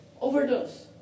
overdose